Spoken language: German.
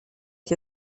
ich